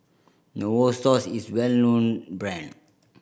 Novosource is well known brand